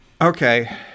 Okay